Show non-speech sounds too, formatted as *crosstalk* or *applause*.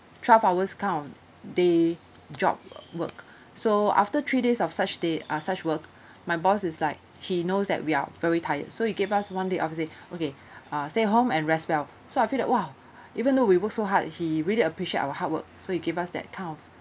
twelve hours count day job work so after three days of such day uh such work *breath* my boss is like he knows that we are very tired so he gave us one day off he said okay uh stay home and rest well so I feel that !wow! even though we work so hard he really appreciate our hard work so he give us that kind of